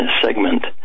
segment